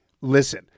Listen